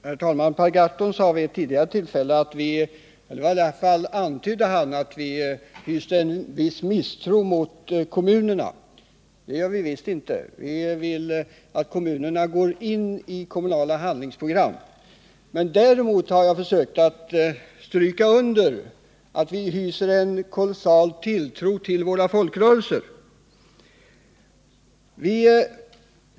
Herr talman! Per Gahrton sade vid ett tidigare tillfälle — i varje fall antydde han det - att vi socialdemokrater hyste en viss misstro mot kommunerna. Det gör vi visst inte. Vi vill att kommunerna tar upp missbruksproblematiken i kommunala handlingsprogram. Däremot har jag försökt att stryka under att vi hyser en stark tilltro till våra folkrörelser.